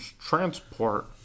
transport